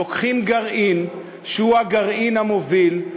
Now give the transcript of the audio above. לוקחים גרעין שהוא הגרעין המוביל,